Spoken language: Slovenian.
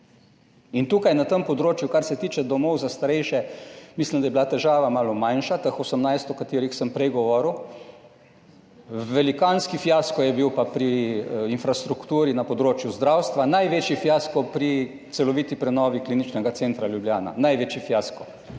In tukaj na tem področju, kar se tiče domov za starejše, mislim, da je bila težava malo manjša, teh 18, **72. TRAK: (SC) – 19.40** (nadaljevanje) o katerih sem prej govoril. Velikanski fiasko je bil pa pri infrastrukturi na področju zdravstva največji fiasko pri celoviti prenovi Kliničnega centra Ljubljana, največji fiasko